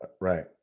Right